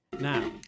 Now